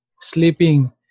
sleeping